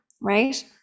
right